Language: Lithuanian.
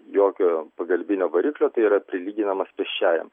jokio pagalbinio variklio tai yra prilyginamas pėsčiajam